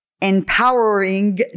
empowering